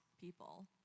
people